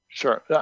Sure